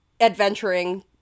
adventuring